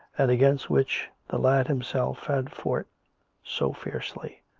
and against which the lad himself had fought so fiercely.